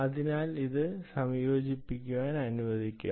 അതിനാൽ ഇത് സംയോജിപ്പിക്കാൻ അനുവദിക്കുക